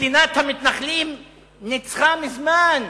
מדינת המתנחלים ניצחה מזמן,